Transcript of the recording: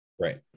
Right